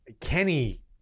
Kenny